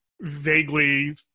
vaguely